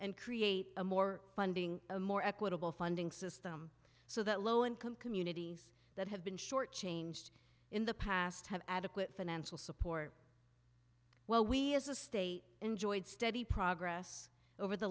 and create a more funding a more equitable funding system so that low income communities that have been short changed in the past have adequate financial support while we as a state enjoyed steady progress over the